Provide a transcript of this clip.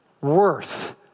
worth